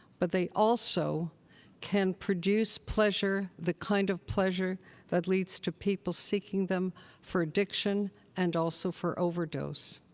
but they also can produce pleasure, the kind of pleasure that leads to people seeking them for addiction and also for overdose.